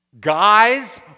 Guys